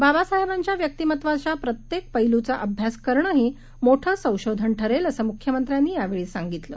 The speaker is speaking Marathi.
बाबासाहेबांच्याव्यक्तिमत्वाच्याप्रत्येकपैलूचाअभ्यासकरणंहीमोठंसंशोधनठरेल असंम्ख्यमंत्र्यानीयावेळीसांगितलं